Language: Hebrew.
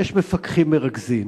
יש מפקחים מרכזים,